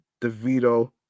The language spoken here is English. DeVito